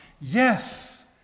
yes